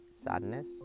sadness